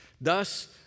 thus